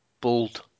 Bold